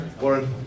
Warren